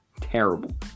terrible